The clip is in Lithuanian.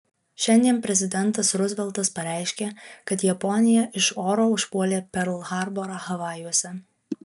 šiandien prezidentas ruzveltas pareiškė kad japonija iš oro užpuolė perl harborą havajuose